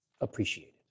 appreciated